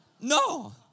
No